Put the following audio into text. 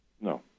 No